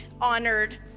honored